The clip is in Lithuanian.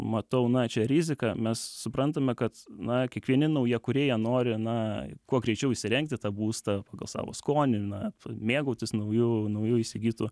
matau na čia riziką mes suprantame kad na kiekvieni naujakuriai jie nori na kuo greičiau įsirengti tą būstą pagal savo skonį na mėgautis nauju nauju įsigytu